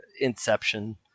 *Inception*